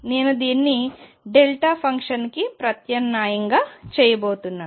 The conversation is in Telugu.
నేను దీన్ని డెల్టా ఫంక్షన్కి ప్రత్యామ్నాయం చేయబోతున్నాను